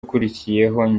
ukurikiyeho